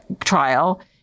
trial